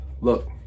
look